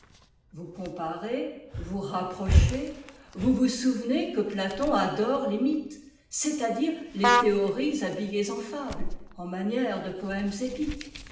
vous comparez vous rapprochez vous vous souvenez que platon adore les mythes c'est-à-dire les théories habillées en fables en manière de poèmes épiques